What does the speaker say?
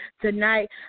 tonight